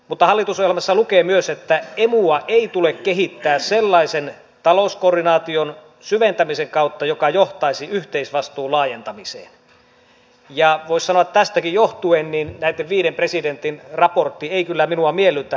mutta hallitusohjelmassa lukee myös että emua ei tule kehittää sellaisen talouskoordinaation syventämisen kautta joka johtaisi yhteisvastuun laajentamiseen ja voisi sanoa että tästäkin johtuen näitten viiden presidentin raportti ei kyllä minua miellytä